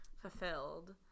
fulfilled